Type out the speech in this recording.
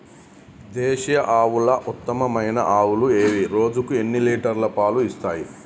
దేశీయ ఆవుల ఉత్తమమైన ఆవులు ఏవి? రోజుకు ఎన్ని లీటర్ల పాలు ఇస్తాయి?